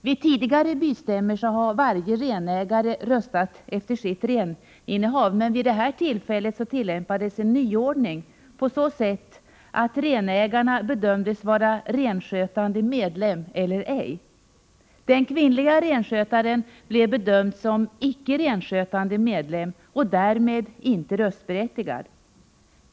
Vid tidigare bystämmor har varje renägare röstat efter sitt reninnehav, men vid det här tillfället tillämpades en nyordning på så sätt att renägarna bedömdes vara renskötande medlem eller ej. Den kvinnliga renskötaren blev bedömd som icke renskötande medlem och därmed ej röstberättigad.